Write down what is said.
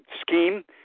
scheme